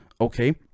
okay